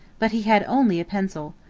but he had only a pencil.